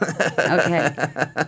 Okay